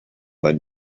that